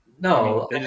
No